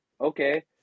okay